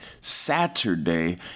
Saturday